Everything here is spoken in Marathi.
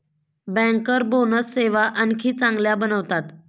बँकर बोनस सेवा आणखी चांगल्या बनवतात